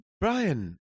Brian